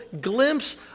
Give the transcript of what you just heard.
glimpse